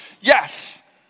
yes